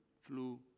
flu